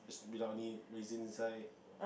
has raisin inside